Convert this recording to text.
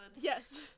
Yes